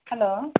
hello